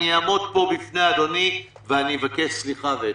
אני אעמוד פה בפני אדוני ואני אבקש סליחה ואתנצל.